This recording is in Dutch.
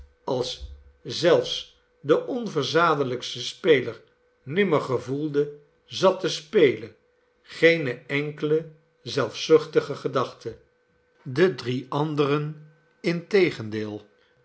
als zelfs de onverzadelijkste speler nimmer gevoelde zat te spelen geene enkele zelfzuchtige gedachte de drie anderen